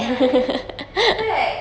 kan in fact